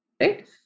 right